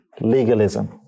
legalism